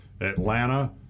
Atlanta